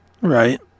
right